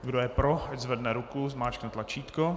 Kdo je pro, ať zvedne ruku a zmáčkne tlačítko.